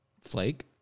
Flake